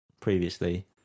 previously